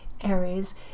Aries